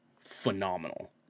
phenomenal